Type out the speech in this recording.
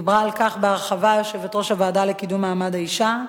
דיברה על כך בהרחבה יושבת-ראש הוועדה לקידום מעמד האשה,